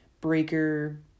Breaker